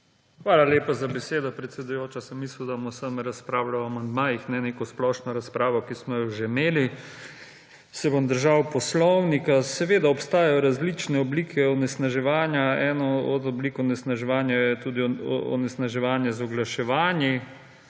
Hvala lepa za besedo, predsedujoča. Sem mislil, da bomo samo razpravljali o amandmajih, ne neko splošno razpravo, ki smo jo že imeli. Se bom držal poslovnika. Seveda obstajajo različne oblike onesnaževanja. Ena od oblik onesnaževanja je tudi onesnaževanje z oglaševanji,